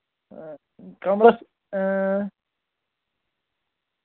کَمرَس اۭں